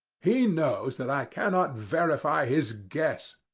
he knows that i cannot verify his guess.